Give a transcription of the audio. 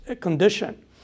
condition